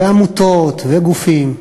ועמותות וגופים,